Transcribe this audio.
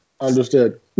Understood